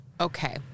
Okay